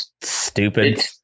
stupid